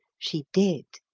she did.